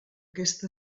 aquest